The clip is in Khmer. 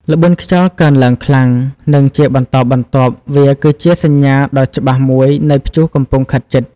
ល្បឿនខ្យល់កើនឡើងខ្លាំង និងជាបន្តបន្ទាប់វាគឺជាសញ្ញាដ៏ច្បាស់មួយនៃព្យុះកំពុងខិតជិត។